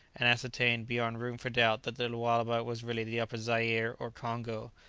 and ascertained, beyond room for doubt, that the lualaba was really the upper zaire or congo,